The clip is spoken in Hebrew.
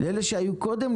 לאלה שהיו קודם,